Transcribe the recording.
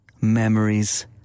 Memories